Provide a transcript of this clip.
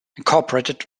incorporated